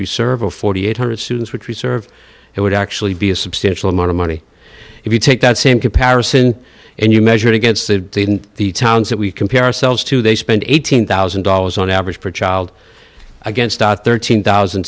we serve a four thousand eight hundred dollars students which we serve it would actually be a substantial amount of money if you take that same comparison and you measure it against the in the towns that we compare ourselves to they spend eighteen thousand dollars on average per child against thirteen thousand